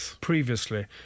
previously